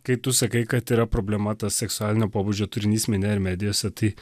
kai tu sakai kad yra problema tas seksualinio pobūdžio turinys mene ir medijose tai